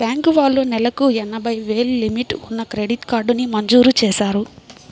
bank వాళ్ళు నెలకు ఎనభై వేలు లిమిట్ ఉన్న క్రెడిట్ కార్డుని మంజూరు చేశారు